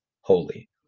holy